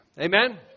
Amen